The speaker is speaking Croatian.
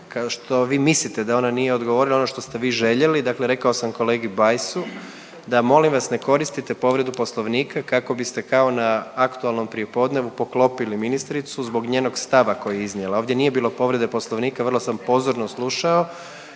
što vi mislite da ona nije odgovorila ono što ste vi željeli, dakle rekao sam kolegi Bajsu da molim vas ne koristite povredu poslovnika kako biste kao na aktualnom prijepodnevu poklopili ministricu zbog njenog stava koji je iznijela. Ovdje nije bilo povrede poslovnika vrlo sam pozorno slušao